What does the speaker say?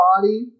body